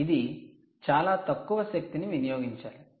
ఇది చాలా తక్కువ శక్తిని వినియోగించాలి